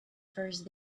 first